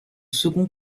second